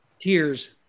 tears